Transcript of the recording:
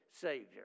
Savior